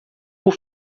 por